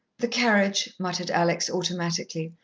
the carriage, muttered alex automatically,